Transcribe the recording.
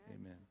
amen